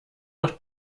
noch